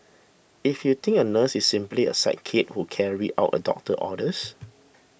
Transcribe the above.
if you think a nurse is simply a sidekick who carries out a doctor's orders